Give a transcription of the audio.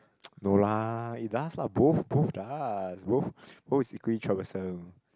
ppo no lah it does lah both both does both both is equally troublesome